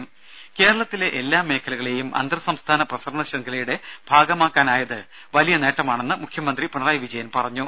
രുമ കേരളത്തിലെ എല്ലാ മേഖലകളേയും അന്തർസംസ്ഥാന പ്രസരണ ശ്യംഖലയുടെ ഭാഗമാക്കാനായത് വലിയ നേട്ടമാണെന്ന് മുഖ്യമന്ത്രി പിണറായി വിജയൻ പറഞ്ഞു